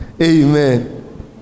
amen